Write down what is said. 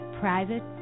Private